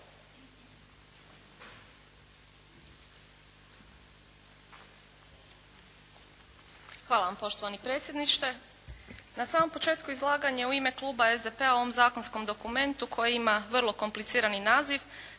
Hvala vam poštovani predsjedniče. Na samom početku izlaganja u ime Kluba SDP-a u ovom zakonskom dokumentu koji ima vrlo komplicirani naziv